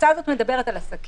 ההצעה הזאת מדברת על עסקים,